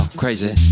crazy